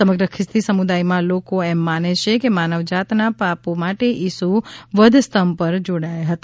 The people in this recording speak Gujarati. સમગ્ર ખ્રિસ્તી સમુદાયનાં લોકો એમ માને છે કે માનવ જાતના પાપો માટે ઈ સુ વધઃસ્તંભ પર જડાયા હતા